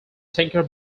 tinker